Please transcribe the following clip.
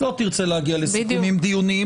לא תרצה להגיע לסיכומים דיוניים,